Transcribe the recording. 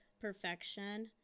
perfection